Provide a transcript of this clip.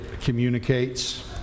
communicates